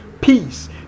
Peace